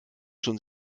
schon